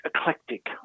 eclectic